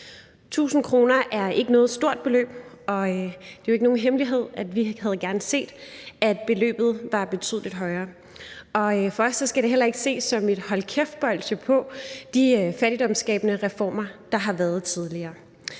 1.000 kr. er ikke noget stort beløb, og det er jo ikke nogen hemmelighed, at vi gerne havde set, at beløbet var betydelig højere. For os skal det heller ikke ses som et hold kæft-bolsje i forhold til de fattigdomsskabende reformer, der har været tidligere.